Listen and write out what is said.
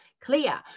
clear